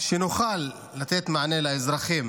שנוכל לתת מענה לאזרחים.